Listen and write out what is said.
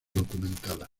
documentada